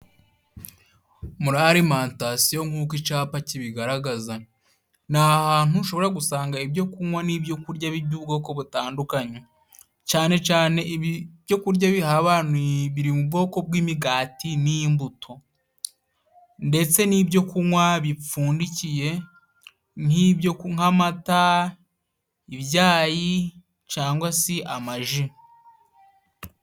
Muri alimantasiyo nk'uko icapa kibigaragaza ni ahantu ushobora gusanga ibyo kunywa n'ibyo kurya by'ubwoko butandukanye, cane cane ibyo kurya bihaba biri mu bwoko bw'imigati n'imbuto, ndetse n'ibyo kunywa bipfundikiye nk'amata, ibyayi cangwa se amaji.